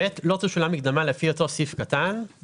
סכום מסוים לצורך התחשבנות ביולי 2023,